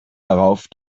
darauf